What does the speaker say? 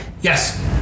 Yes